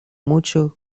mucho